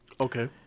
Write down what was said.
Okay